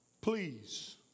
please